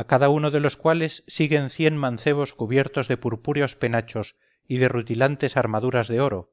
a cada uno de los cuales siguen cien mancebos cubiertos de purpúreos penachos y de rutilantes armaduras de oro